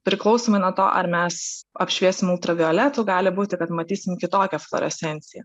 priklausomai nuo to ar mes apšviesime ultravioletiniu gali būti kad matysime kitokią fluorescenciją